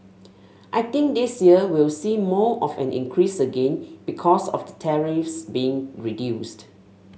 I think this year we'll see more of an increase again because of the tariffs being reduced